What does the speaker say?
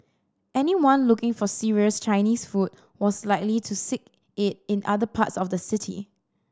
anyone looking for serious Chinese food was likely to seek it in other parts of the city